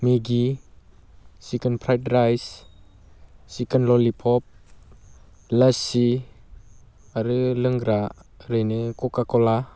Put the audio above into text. मेगि chicken fried rice chicken lollipop lassi आरो लोंग्रा ओरैनो क'का क'ला